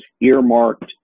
earmarked